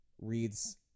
reads